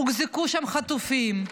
הוחזקו שם חטופים,